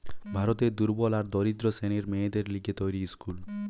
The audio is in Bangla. ভারতের দুর্বল আর দরিদ্র শ্রেণীর মেয়েদের লিগে তৈরী স্কুল